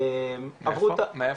מאיפה?